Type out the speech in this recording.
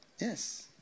Yes